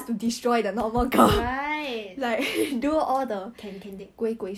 um then that's your problem